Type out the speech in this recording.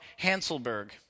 Hanselberg